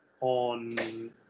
on